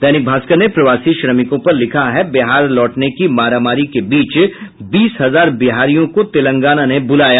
दैनिक भास्कर ने प्रवासी श्रमिकों पर लिखा है बिहार लौटने की मारामारी के बीच बीस हजार बिहारियों को तेलंगाना ने बुलाया